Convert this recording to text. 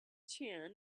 chan